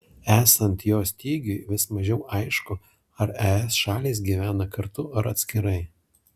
esant jo stygiui vis mažiau aišku ar es šalys gyvena kartu ar atskirai